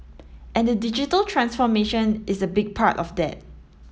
and the digital transformation is a big part of that